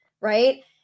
right